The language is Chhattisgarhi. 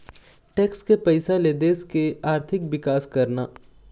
टेक्स के पइसा ले देश के आरथिक बिकास करना